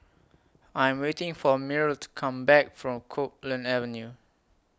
I'm waiting For Myrl to Come Back from Copeland Avenue